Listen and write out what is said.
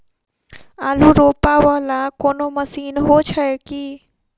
आलु रोपा वला कोनो मशीन हो छैय की?